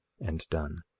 and done.